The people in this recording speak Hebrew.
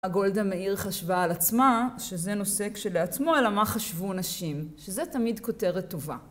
מה גולדה מאיר חשבה על עצמה שזה נושא כשלעצמו, אלא מה חשבו נשים, שזה תמיד כותרת טובה.